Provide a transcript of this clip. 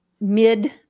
mid